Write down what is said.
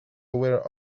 aware